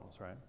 right